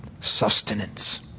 sustenance